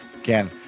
Again